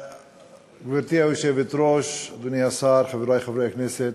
גברתי היושבת-ראש, אדוני השר, חברי חברי הכנסת,